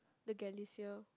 the Galecier